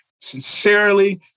sincerely